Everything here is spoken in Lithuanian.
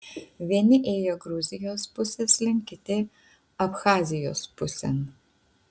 vieni ėjo gruzijos pusės link kiti abchazijos pusėn